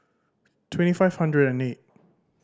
twenty five hundred and eight